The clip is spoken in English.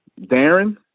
Darren